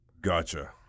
Gotcha